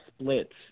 splits